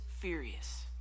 furious